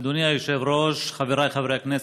אדוני היושב-ראש, חבריי חברי הכנסת,